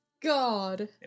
God